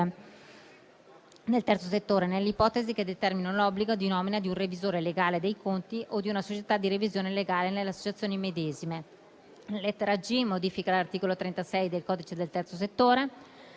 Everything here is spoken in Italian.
nel Terzo settore e alle ipotesi che determinino l'obbligo di nomina di un revisore legale dei conti o di una società di revisione legale nelle associazioni medesime. La lettera *g)* modifica l'articolo 36 del codice del Terzo settore,